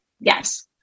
Yes